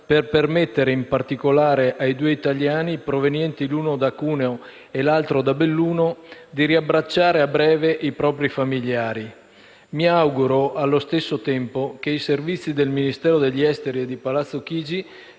per permettere, in particolare ai due italiani, provenienti l'uno da Cuneo e l'altro da Belluno, di riabbracciare a breve i propri familiari. Mi auguro allo stesso tempo che i servizi del Ministero degli affari esteri e di Palazzo Chigi